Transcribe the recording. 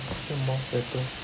I think mouse better